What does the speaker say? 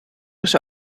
eens